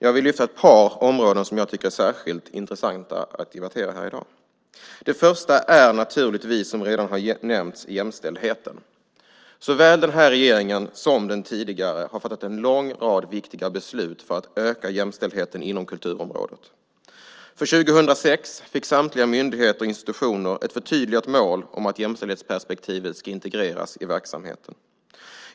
Jag vill lyfta fram ett par områden som jag tycker är särskilt intressanta att debattera här i dag. Det första är naturligtvis, som redan har nämnts, jämställdheten. Såväl den här regeringen som den tidigare har fattat en lång rad viktiga beslut för att öka jämställdheten inom kulturområdet. För 2006 fick samtliga myndigheter och institutioner ett förtydligat mål om att jämställdhetsperspektivet ska integreras i verksamheten.